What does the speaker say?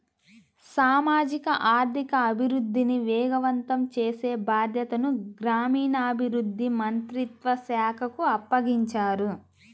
సామాజిక ఆర్థిక అభివృద్ధిని వేగవంతం చేసే బాధ్యతను గ్రామీణాభివృద్ధి మంత్రిత్వ శాఖకు అప్పగించారు